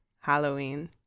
Halloween